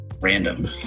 random